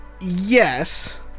yes